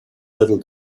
little